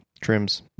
trims